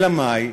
אלא מאי,